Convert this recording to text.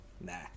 Nah